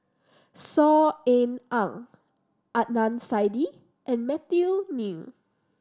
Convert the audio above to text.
Saw Ean Ang Adnan Saidi and Matthew Ngui